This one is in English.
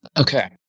Okay